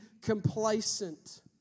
complacent